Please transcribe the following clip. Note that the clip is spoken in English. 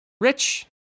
Rich